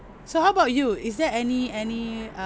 so how about you is there any any uh